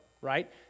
right